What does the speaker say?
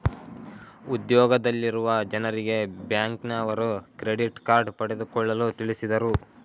ಉದ್ಯೋಗದಲ್ಲಿರುವ ಜನರಿಗೆ ಬ್ಯಾಂಕ್ನವರು ಕ್ರೆಡಿಟ್ ಕಾರ್ಡ್ ಪಡೆದುಕೊಳ್ಳಲು ತಿಳಿಸಿದರು